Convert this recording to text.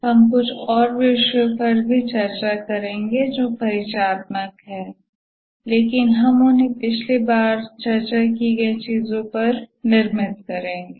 हम कुछ और विषयों पर भी चर्चा करेंगे जो परिचयात्मक हैं लेकिन हम उन्हें पिछली बार चर्चा की गई चीजों पर निर्मित करेंगे